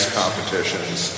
competitions